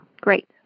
Great